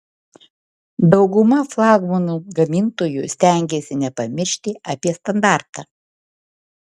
dauguma flagmanų gamintojų stengiasi nepamiršti apie standartą